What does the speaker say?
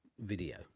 video